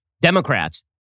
Democrats